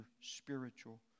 spiritual